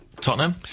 Tottenham